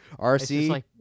RC